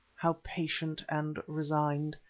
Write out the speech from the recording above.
how patient and resigned.